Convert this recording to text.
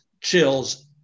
chills